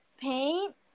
paint